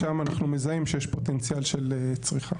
שם אנחנו מזהים שיש פוטנציאל של צריכה.